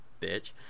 bitch